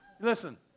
listen